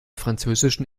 französischen